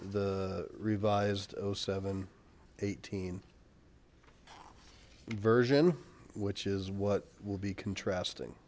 the revised seven eighteen version which is what will be contrasting